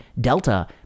delta